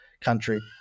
country